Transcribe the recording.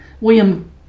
William